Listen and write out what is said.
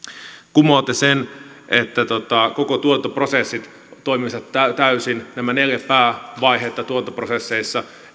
kumoatte sen että koko tuotantoprosessit toimisivat täysin että nämä neljä päävaihetta tuotantoprosesseissa